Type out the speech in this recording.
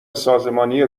سازمانی